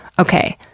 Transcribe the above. okay,